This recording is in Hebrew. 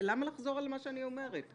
למה לחזור על מה שאני אומרת?